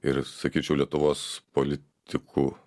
ir sakyčiau lietuvos politikų